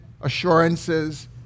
assurances